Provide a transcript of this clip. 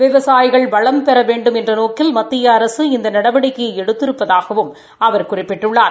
விவசாயிகள் வளம்பெற வேண்டுமென்ற நோக்கில் மத்திய அரசு இந்த நடவடிக்கையை எடுத்திருப்பதாகவும் அவர் குறிப்பிட்டுள்ளார்